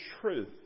truth